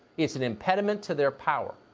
it's an impediment to their power,